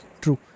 True